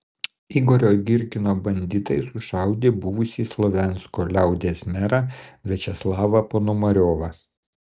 igorio girkino banditai sušaudė buvusį slovjansko liaudies merą viačeslavą ponomariovą